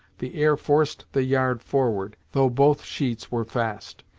the air forced the yard forward, though both sheets were fast.